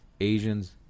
Asians